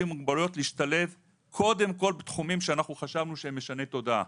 עם מוגבלויות להשתלב קודם כל בתחומים שחשבנו שהם משני תודעה.